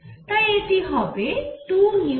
তাই এটি হবে 2vsinθc